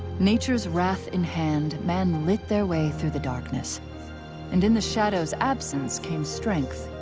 nature's wrath in hand, man lit their way through the darkness and in the shadow's absence, came strength,